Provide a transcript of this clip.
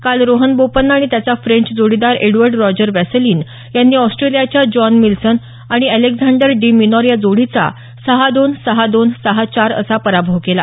काल रोहन बोपन्ना आणि त्याचा फ्रेंच जोडीदार एदअर्द रॉजर वॅसलीन यांनी ऑस्ट्रेलियाच्या जॉन मिलमन आणि अॅलेक्स डी मिनॉर या जोडीचा सहा दोन सहा दोन सहा चार असा पराभव केला